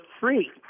free